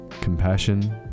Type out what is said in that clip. compassion